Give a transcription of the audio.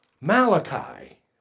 Malachi